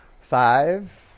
Five